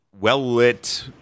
well-lit